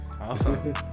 Awesome